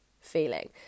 feeling